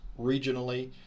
regionally